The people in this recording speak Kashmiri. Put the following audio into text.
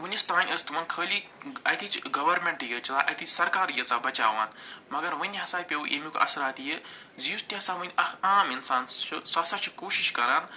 وٕنِس تام ٲس تِمن خٲلی اَتِچ گورمٮ۪نٹٕے یٲتۍ چَلان اَتِچ سرکار ییٖژاہ بچاوان مگر وٕنہِ ہَسا پیوٚو اَمیُک اثرات یہِ زِ یُس تہِ ہَسا وٕنۍ اکھ آم اِنسانس چھُ سُہ ہسا چھِ کوٗشِش کَران